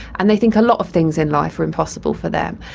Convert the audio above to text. and they think a lot of things in life are impossible for them.